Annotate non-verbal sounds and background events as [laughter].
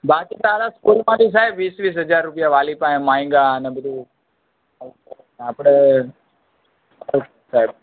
બાકી સારા સ્કૂલમાંથી સાહેબ વીસ વીસ હજાર વાલી પાસે માંગ્યા ને બધું આપણે [unintelligible] સાહેબ